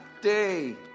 day